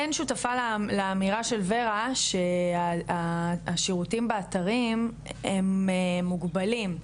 שותפה לאמירה של ורה שהשירותים באתרים הם מוגבלים,